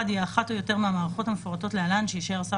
יהיה אחת או יותר מהמערכות המפורטות להלן שאישר השר